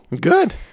good